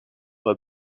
sont